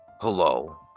Hello